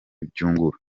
byungura